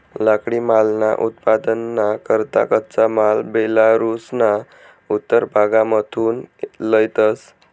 लाकडीमालना उत्पादनना करता कच्चा माल बेलारुसना उत्तर भागमाथून लयतंस